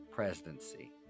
Presidency